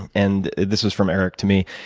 and this is from eric to me.